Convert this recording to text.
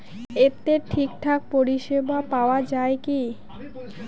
এতে ঠিকঠাক পরিষেবা পাওয়া য়ায় কি?